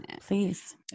please